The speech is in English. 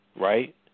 right